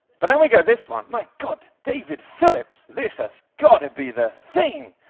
but then we get this one. my god, david phillips, this has got to be the thing.